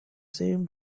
same